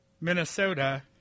Minnesota